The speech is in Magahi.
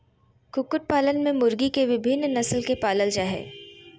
कुकुट पालन में मुर्गी के विविन्न नस्ल के पालल जा हई